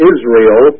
Israel